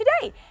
today